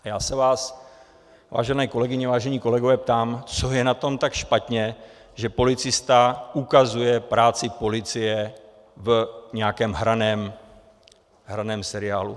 Já se vás, vážené kolegyně, vážení kolegové, ptám, co je na tom tak špatně, že policista ukazuje práci policie v nějakém hraném seriálu.